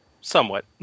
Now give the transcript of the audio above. Somewhat